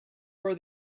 were